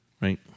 right